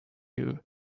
you